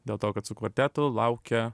dėl to kad su kvartetu laukia